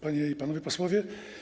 Panie i Panowie Posłowie!